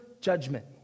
judgment